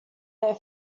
their